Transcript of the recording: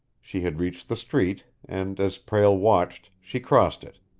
she had reached the street, and, as prale watched, she crossed it.